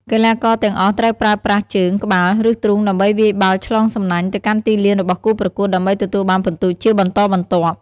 កីឡាករទាំងអស់ត្រូវប្រើប្រាស់ជើង ក្បាល ឬទ្រូងដើម្បីវាយបាល់ឆ្លងសំណាញ់ទៅកាន់ទីលានរបស់គូប្រកួតដើម្បីទទួលបានពិន្ទុជាបន្តបន្ទាប់។